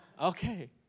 Okay